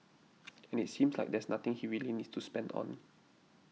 and it seems like there's nothing he really needs to spend on